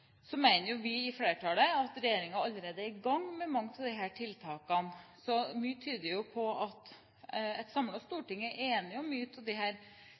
flertallet mener at regjeringen allerede er i gang med mange av disse tiltakene. Så mye tyder på at et samlet storting er enig om mange av disse tiltakene. Så er man kanskje litt uenig om både prioritering og hastighet osv., men det